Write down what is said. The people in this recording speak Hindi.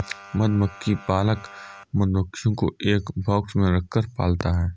मधुमक्खी पालक मधुमक्खियों को एक बॉक्स में रखकर पालता है